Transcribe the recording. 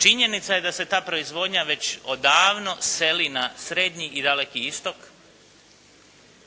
Činjenica je da se ta proizvodnja već odavno seli na srednji i daleki Istok.